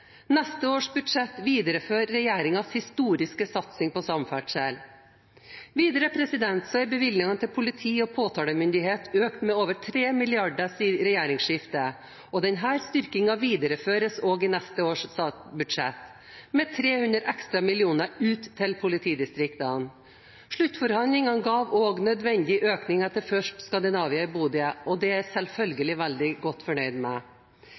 Neste års budsjett viderefører regjeringens historiske satsing på samferdsel. Videre er bevilgningene til politi og påtalemyndighet økt med over 3 mrd. kr siden regjeringsskiftet, og denne styrkingen videreføres også i neste års statsbudsjett, med 300 ekstra mill. kr ut til politidistriktene. Sluttforhandlingene ga også nødvendige økninger til FIRST Scandinavia i Bodø. Det er jeg selvsagt veldig godt fornøyd med.